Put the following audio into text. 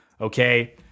Okay